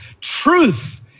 truth